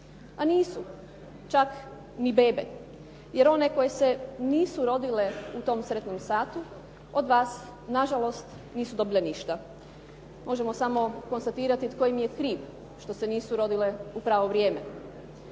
A nisu, čak ni bebe, jer one koje se nisu rodile u tom sretnom satu, od vas nažalost nisu dobile ništa. Možemo samo konstatirati, tko im je kriv što se nisu rodile u pravo vrijeme.